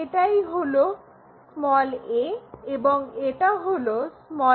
এটাই হলো a এবং এটা হলো a'